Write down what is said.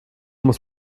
muss